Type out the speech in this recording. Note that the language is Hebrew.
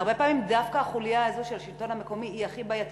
הרבה פעמים דווקא החוליה של השלטון המקומי היא הכי בעייתית,